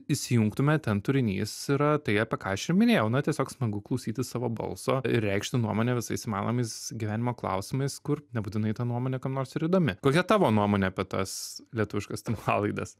įsijungtume ten turinys yra tai apie ką aš ir minėjau na tiesiog smagu klausytis savo balso ir reikšti nuomonę visais įmanomais gyvenimo klausimais kur nebūtinai ta nuomonė kam nors ir įdomi kokia tavo nuomonė apie tas lietuviškas tinklalaides